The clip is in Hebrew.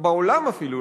בעולם אפילו,